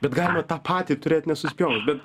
bet galima tą patį turėt nesusipjovus bet